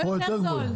פה יותר זול.